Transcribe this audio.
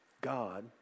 God